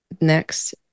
next